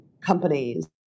companies